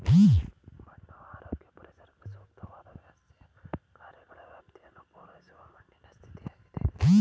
ಮಣ್ಣು ಆರೋಗ್ಯ ಪರಿಸರಕ್ಕೆ ಸೂಕ್ತವಾದ್ ವ್ಯವಸ್ಥೆಯ ಕಾರ್ಯಗಳ ವ್ಯಾಪ್ತಿಯನ್ನು ಪೂರೈಸುವ ಮಣ್ಣಿನ ಸ್ಥಿತಿಯಾಗಿದೆ